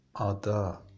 Ada